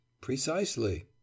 Precisely